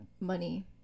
money